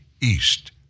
East